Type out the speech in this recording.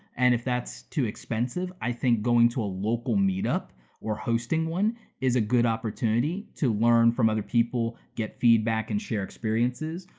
and if that's too expensive, i think going to a local meetup or hosting one is a good opportunity to learn from other people, get feedback, and share experiences.